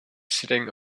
sitting